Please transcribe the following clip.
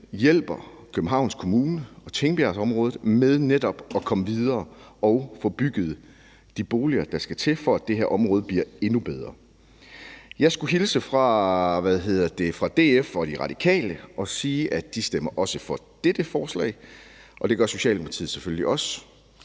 hjælper Københavns Kommune og Tingbjergområdet med netop at komme videre og få bygget de boliger, der skal til, for at det her område bliver endnu bedre. Jeg skulle hilse fra Dansk Folkeparti og De Radikale og sige, at de også stemmer for dette forslag, og det gør Socialdemokratiet selvfølgelig også.